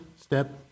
step